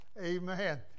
Amen